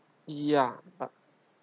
ya but